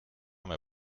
med